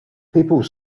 people